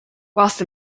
whilst